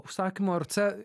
užsakymo ar c